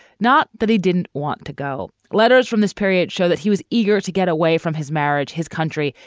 not that he didn't want to go. letters from this period show that he was eager to get away from his marriage, his country,